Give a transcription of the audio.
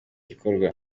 gikorwa